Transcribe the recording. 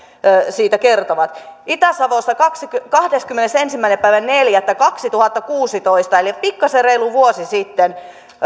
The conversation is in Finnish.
siitä kertovat itä savossa kahdeskymmenesensimmäinen neljättä kaksituhattakuusitoista eli pikkasen reilu vuosi sitten